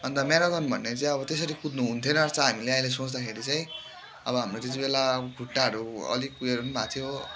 अन्त म्याराथन भन्ने चाहिँ अब त्यसरी कुद्नु हुने थिएन रहेछ हामीले अहिले सोच्दाखेरि चाहिँ अब हाम्रो त्यतिबेला खुट्टाहरू अलिक उयोहरू पनि भएको थियो